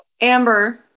Amber